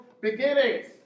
beginnings